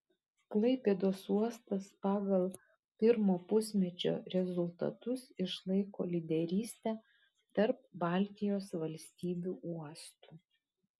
klaipėdos uostas pagal pirmo pusmečio rezultatus išlaiko lyderystę tarp baltijos valstybių uostų